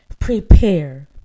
Prepare